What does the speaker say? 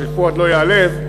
ושפואד לא ייעלב,